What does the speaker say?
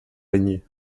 régné